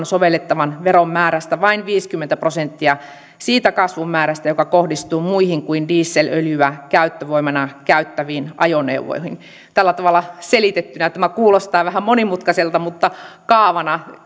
sovellettavan veron määrästä vain viisikymmentä prosenttia siitä kasvun määrästä joka kohdistuu muihin kuin dieselöljyä käyttövoimana käyttäviin ajoneuvoihin tällä tavalla selitettynä tämä kuulostaa vähän monimutkaiselta mutta kaavasta